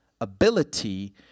ability